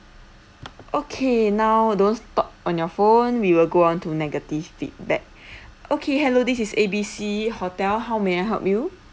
okay now don't stop on your phone we will go on to negative feedback okay hello this is A B C hotel how may I help you